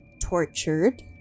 tortured